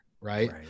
right